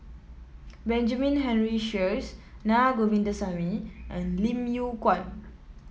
Benjamin Henry Sheares Na Govindasamy and Lim Yew Kuan